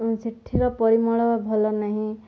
ସେଠିର ପରିମଳ ଭଲ ନାହିଁ